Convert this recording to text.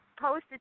posted